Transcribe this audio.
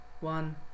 one